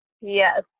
yes